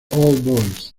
boys